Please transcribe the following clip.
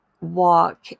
walk